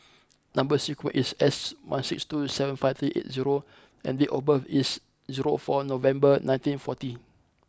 number sequence is S one six two seven five three eight zero and date of birth is zero four November nineteen forty